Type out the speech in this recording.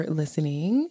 listening